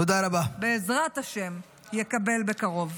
בעזרת השם, יקבל בקרוב.